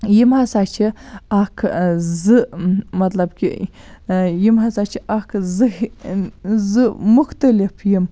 یِم ہَسا چھِ اکھ زٕ مَطلَب کہِ یِم ہَسا چھِ اکھ زٕ زٕ مُختلِف یِم